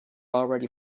already